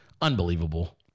unbelievable